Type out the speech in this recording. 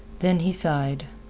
then he sighed.